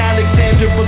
Alexander